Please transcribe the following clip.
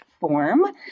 form